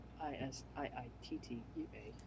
I-S-I-I-T-T-U-A